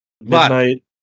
Midnight